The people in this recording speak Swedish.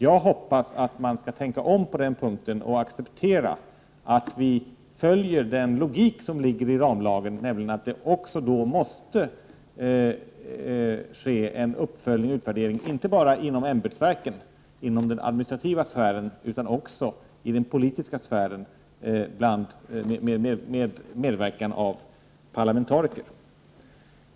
Jag hoppas att man skall tänka om på den punkten och acceptera att vi följer den logik som ligger i en ramlag, nämligen att det också då måste ske en uppföljning och utvärdering, inte bara inom ämbetsverket och den administrativa sfären, utan också i den politiska sfären under medverkan av parlamentariker.